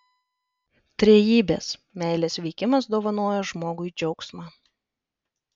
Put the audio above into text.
trejybės meilės veikimas dovanoja žmogui džiaugsmą